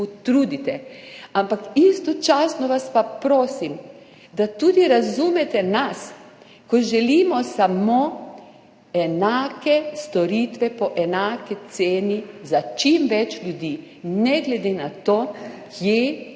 ampak istočasno vas pa prosim, da tudi razumete nas, ko želimo samo enake storitve po enaki ceni za čim več ljudi, ne glede na to, kje